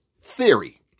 theory